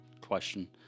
question